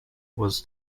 was